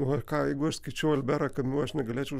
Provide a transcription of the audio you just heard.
o ką jeigu aš skaičiau alberą kamiu aš negalėčiau